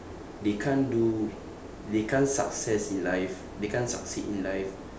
they can't do they can't success in life they can't succeed in life